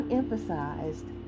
emphasized